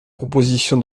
proposition